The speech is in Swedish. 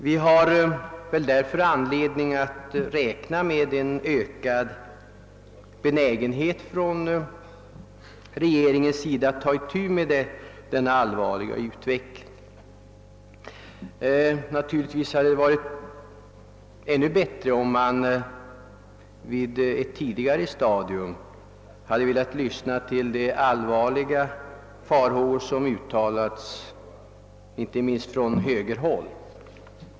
Vi har väl därför anledning att räkna med en ökad benägenhet från regeringens sida att ta itu med denna allvarliga utveckling. Givetvis hade det varit ännu bättre om man på ett tidigare stadium velat lyssna till uttalanden, icke minst från högerhåll, om de allvarliga farhågorna.